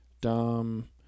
Dom